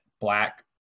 black